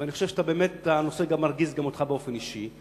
ואני חושב שהנושא מרגיז גם אותך באופן אישי.